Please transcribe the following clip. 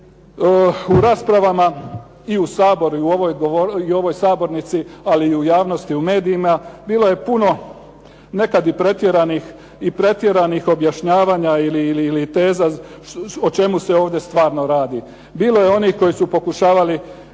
u raspravama i u Saboru i u ovoj sabornici, ali i u javnosti u medijima bilo je puno nekad i pretjeranih objašnjavanja ili teza o čemu se ovdje stvarno radi. Bilo je onih koji su pokušavali